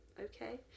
okay